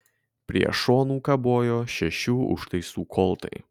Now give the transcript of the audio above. prie šonų kabojo šešių užtaisų koltai